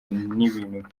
n’ibintu